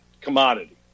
commodity